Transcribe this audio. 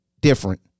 different